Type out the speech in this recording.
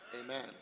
Amen